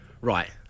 Right